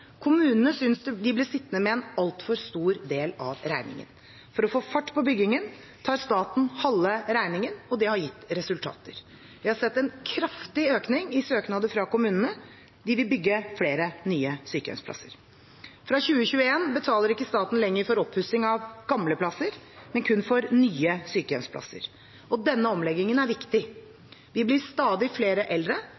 Kommunene syntes de ble sittende med en altfor stor del av regningen. For å få fart på byggingen tar staten halve regningen. Det har gitt resultater. Vi har sett en kraftig økning i søknader fra kommunene, de vil bygge flere nye sykehjemsplasser. Fra 2021 betaler ikke staten lenger for oppussing av gamle plasser, kun for nye sykehjemsplasser. Denne omleggingen er viktig.